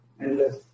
endless